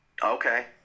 okay